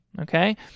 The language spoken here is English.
okay